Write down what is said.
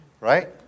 right